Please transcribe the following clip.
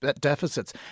deficits